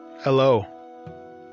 Hello